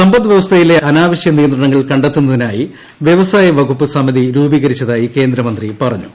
സമ്പദ് വ്യവസ്ഥയിലെ അനാവശ്യ നിയന്ത്രണങ്ങൾ കണ്ടെത്തുന്നതിനായി വ്യവസായ വകുപ്പ് സമിതി രൂപീകരിച്ചതായി കേന്ദ്രമന്ത്രി പറഞ്ഞു